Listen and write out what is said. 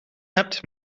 hebt